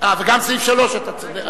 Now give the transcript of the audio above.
גם לסעיפים 3, 4, 5. וגם סעיף 3, אתה צודק.